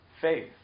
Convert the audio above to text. faith